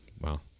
wow